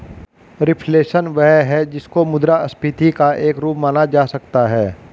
reflation वह है जिसको मुद्रास्फीति का एक रूप माना जा सकता है